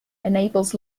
enables